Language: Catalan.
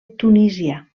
tunísia